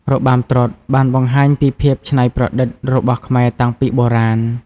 របាំត្រុដិបានបង្ហាញពីភាពច្នៃប្រឌិតរបស់ខ្មែរតាំងពីបុរាណ។